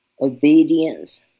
Obedience